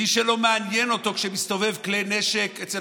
מי שלא מעניין אותו כשמסתובבים כלי נשק אצל